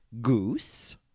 Goose